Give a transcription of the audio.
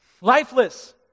lifeless